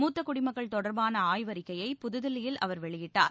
மூத்த குடிமக்கள் தொடர்பான ஆய்வறிக்கையை புதுதில்லியில் அவர் வெளியிட்டார்